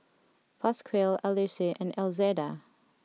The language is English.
Pasquale Ulysses and Elzada